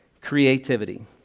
creativity